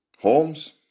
Holmes